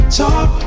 talk